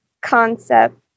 concept